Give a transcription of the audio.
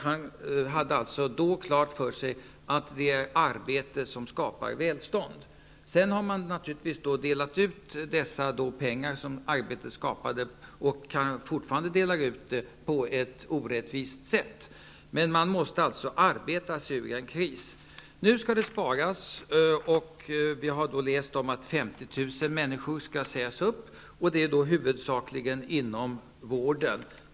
Han hade då klart för sig att det är arbetet som skapar välstånd. Sedan har man naturligtvis -- och gör så fortfarande -- delat ut de pengar som arbetet skapat på ett orättvist sätt. Men man måste arbeta sig ur en kris. Nu skall det sparas. Vi har läst om att 50 000 människor skall sägas upp, huvudsakligen inom vården.